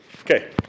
Okay